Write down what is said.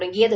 தொடங்கியது